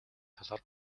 талаар